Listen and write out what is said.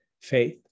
faith